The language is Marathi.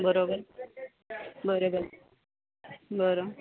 बरोबर बरोबर बरं